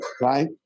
right